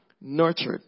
nurtured